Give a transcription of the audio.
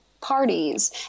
parties